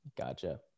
Gotcha